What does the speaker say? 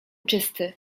czysty